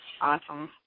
Awesome